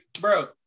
bro